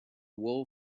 wall